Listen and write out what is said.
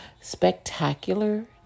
spectacular